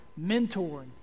mentoring